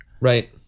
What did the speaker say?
right